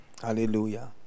hallelujah